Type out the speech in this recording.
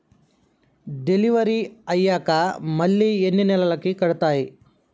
Delivery అయ్యాక మళ్ళీ ఎన్ని నెలలకి కడుతాయి?